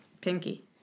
Pinky